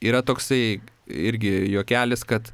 yra toksai irgi juokelis kad